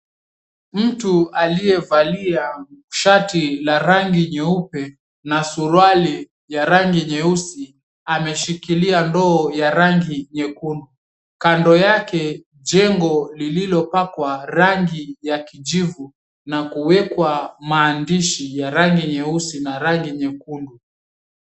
Mtu aliyevalia shati 𝑙𝑎 rangi nye𝑢𝑝𝑒 na suruali ya rangi nyeusi, ameshikilia ndoo ya rangi nyekundu. Kando yake jengo lililopakwa rangi ya kijivu na kuwekwa maandishi ya rangi nyeusi na rangi nyekundu.